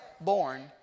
born